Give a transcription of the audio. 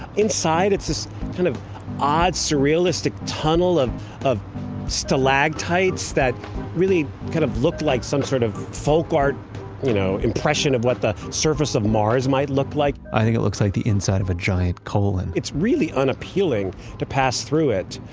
inside it's this kind of odd, surrealistic tunnel of of stalactites that really kind of looked like some sort of folk art you know impression of what the surface of mars might look like i think it looks like the inside of a giant colon it's really unappealing to pass through it.